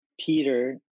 Peter